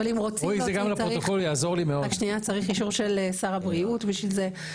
אבל אם רוצים להוציא צריך אישור של שר הבריאות בשביל זה,